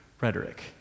rhetoric